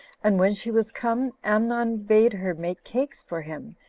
and when she was come, amnon bade her make cakes for him,